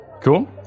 Cool